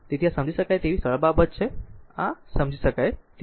તેથી આ એક સમજી શકાય તેવી સરળ બાબત છે આ સમજી શકાય તેવું છે